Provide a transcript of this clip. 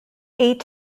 eight